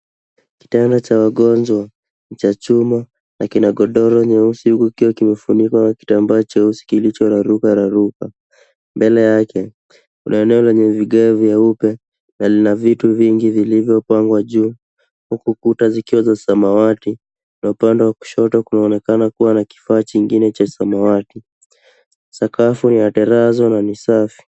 Kitanda cha wagonjwa cha chuma, na kina godoro nyeusi ,kikiwa kimefunikwa na kitambaa cheusi kilicho raruka raruka. Mbele yake kuna eneo lenye vigae vyeupe na lina vitu vingi vilivyopawa juu, huku kuta zikiwa za samawati, na upande wa kushoto kunaonekana kuwa na kifaa chingine cha samawati. Sakafu wa tarazo na ni safi.